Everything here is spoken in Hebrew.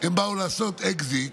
הם באו לעשות אקזיט